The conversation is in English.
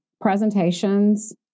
presentations